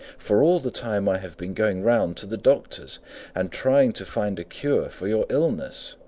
for all the time i have been going round to the doctors and trying to find a cure for your illness.